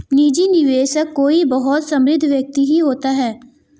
निजी निवेशक कोई बहुत समृद्ध व्यक्ति ही होता है